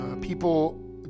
people